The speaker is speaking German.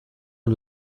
und